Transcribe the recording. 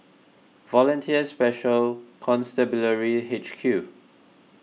Volunteer Special Constabulary H Q